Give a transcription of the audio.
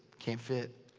can't fit.